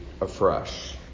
afresh